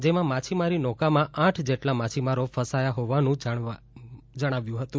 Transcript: જેના માછીમારી નૌકામં આઠ જેટલા માછીમારો ફસાયા હોવાનું જણાવ્યું હતું